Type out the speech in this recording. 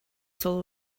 soul